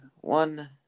One